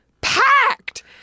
packed